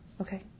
Okay